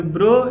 Bro